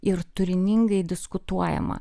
ir turiningai diskutuojama